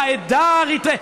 העדה האריתריאית.